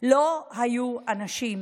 לא היו אנשים